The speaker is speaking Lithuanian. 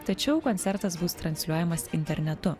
tačiau koncertas bus transliuojamas internetu